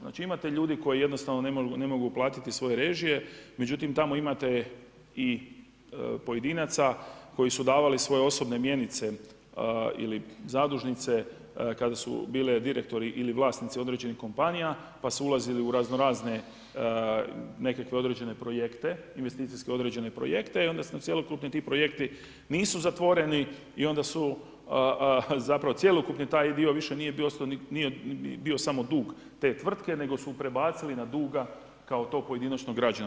Znači imate ljudi koji jednostavno ne mogu platiti svoje režije međutim tamo imate i pojedinaca koji su davali svoje osobne mjenice ili zadužnice, kada su bile direktori ili vlasnici određenih kompanija, pa su ulazili u raznorazne nekakve određene projekte, investicijske određen projekte i onda su cjelokupni ti projekti nisu zatvoreni i onda su zapravo cjelokupni taj dio više nije bio samo dug te tvrtke nego su prebacili na dug kao tog pojedinačnog građana.